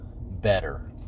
better